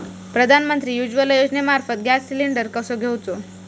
प्रधानमंत्री उज्वला योजनेमार्फत gas cylinder कसो घेऊचो?